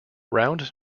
round